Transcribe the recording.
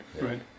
right